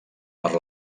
per